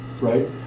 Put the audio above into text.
right